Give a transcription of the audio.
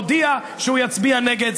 הודיע שהוא יצביע נגד.